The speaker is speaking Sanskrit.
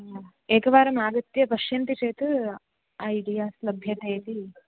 हा एकवारमागत्य पश्यन्ति चेत् ऐडिया लभ्यते इति